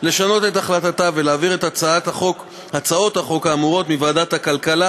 הצעת חוק שכירות הוגנת (הוראת שעה ותיקוני חקיקה),